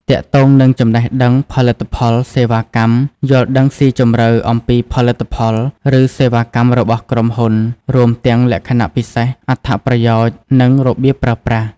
ទាក់ទងនឹងចំណេះដឹងផលិតផល សេវាកម្ម យល់ដឹងស៊ីជម្រៅអំពីផលិតផល ឬសេវាកម្មរបស់ក្រុមហ៊ុន រួមទាំងលក្ខណៈពិសេស អត្ថប្រយោជន៍ និងរបៀបប្រើប្រាស់។